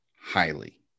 highly